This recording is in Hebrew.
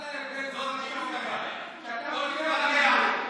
אז מה ההבדל במה שאתה אומר?